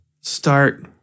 start